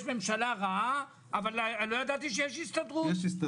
יש ממשלה רעה, אבל לא ידעתי שיש הסתדרות.